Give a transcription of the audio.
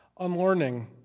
Unlearning